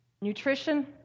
nutrition